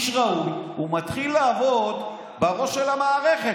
איש ראוי, הוא מתחיל לעבוד בראש של המערכת.